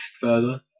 further